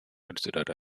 considered